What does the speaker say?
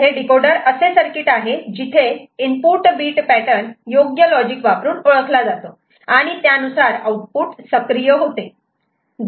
तर डीकोडर हे असे सर्किट आहे जिथे इनपुट बीट पॅटर्न योग्य लॉजिक वापरून ओळखला जातो आणि त्यानुसार आउटपुट सक्रीय होते